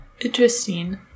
interesting